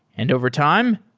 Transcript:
and overtime,